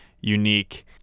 unique